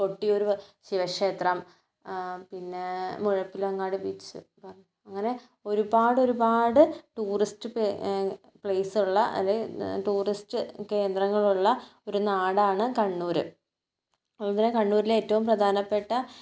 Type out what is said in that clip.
കൊട്ടിയൂര് ശിവക്ഷേത്രം പിന്നെ മുഴപ്പിലങ്ങാട് ബീച്ച് പറഞ്ഞ് അങ്ങനെ ഒരുപാട് ഒരുപാട് ടൂറിസ്റ്റ് പ്ലേസുള്ള അല്ലേൽ ടൂറിസ്റ്റ് കേന്ദ്രങ്ങളുള്ള ഒരു നാടാണ് കണ്ണൂര് അതുപോലെ കണ്ണൂരിലെ ഏറ്റവും പ്രധാനപ്പെട്ട